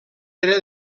era